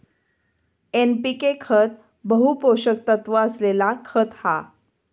NPK खत बहु पोषक तत्त्व असलेला खत हा